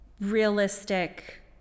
realistic